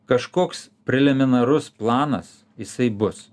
kažkoks preliminarus planas jisai bus